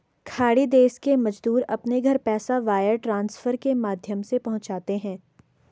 खाड़ी देश के मजदूर अपने घर पैसा वायर ट्रांसफर के माध्यम से पहुंचाते है